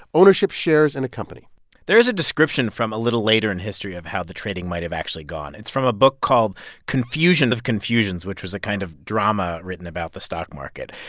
ownership shares in a company there is a description from a little later in history of how the trading might have actually gone. it's from a book called confusion of confusions, which was a kind of drama written about the stock market.